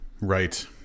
Right